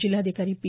जिल्हाधिकारी पी